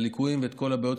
הליקויים וכל הבעיות,